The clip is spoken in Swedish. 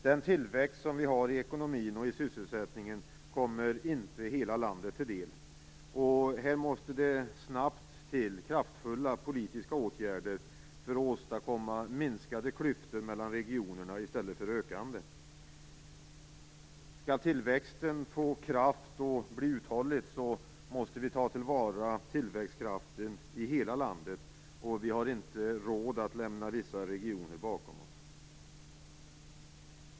Den tillväxt vi har i ekonomin och i sysselsättningen kommer inte hela landet till del. Här måste det snabbt till kraftfulla politiska åtgärder för att åstadkomma minskade i stället för ökade klyftor mellan regionerna. Skall tillväxten få kraft och bli uthållig måste vi ta till vara tillväxtkraften i hela landet. Vi har inte råd att lämna vissa regioner bakom oss.